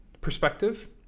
perspective